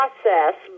process